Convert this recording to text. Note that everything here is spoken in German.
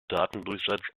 datendurchsatz